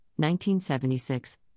1976